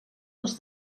els